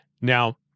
Now